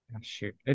shoot